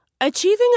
Achieving